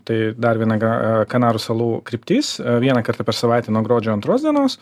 tai dar viena gra kanarų salų kryptis vieną kartą per savaitę nuo gruodžio antros dienos